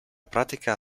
pratica